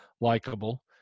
likable